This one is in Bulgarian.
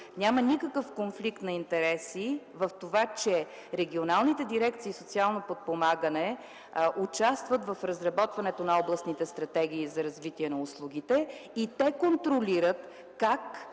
Няма никакъв конфликт на интереси в това, че регионалните дирекции „Социално подпомагане” участват в разработването на областните стратегии за развитие на услугите. Те контролират дали